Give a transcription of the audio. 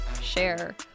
share